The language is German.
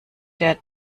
der